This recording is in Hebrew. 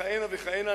וכהנה וכהנה.